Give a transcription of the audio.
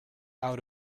out